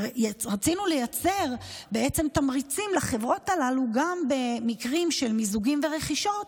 ובעצם רצינו לייצר תמריצים לחברות הללו גם במקרים של מיזוגים ברכישות,